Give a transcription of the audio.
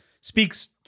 speaks